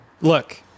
look